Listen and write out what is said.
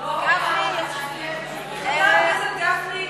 חבר הכנסת גפני,